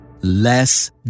less